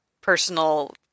personal